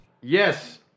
Yes